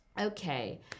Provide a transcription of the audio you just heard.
Okay